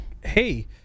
Hey